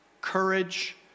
courage